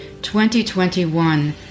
2021